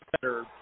better